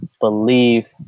believe